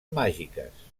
màgiques